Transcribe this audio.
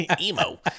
Emo